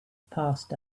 passed